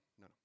no